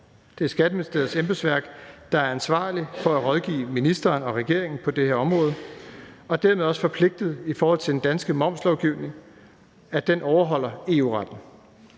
Det er Skatteministeriets embedsværk, der er ansvarlig for at rådgive ministeren og regeringen på det her område og dermed også forpligtet til, at den danske momslovgivning overholder EU-retten.